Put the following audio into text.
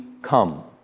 come